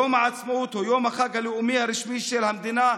יום העצמאות הוא יום החג הלאומי הרשמי של המדינה,